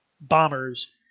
bombers